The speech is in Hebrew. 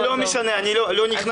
--- לא משנה, אני לא נכנס.